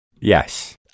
Yes